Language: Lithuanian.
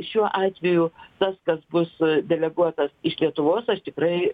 šiuo atveju tas kas bus deleguotas iš lietuvos aš tikrai